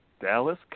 Dallas